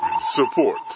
support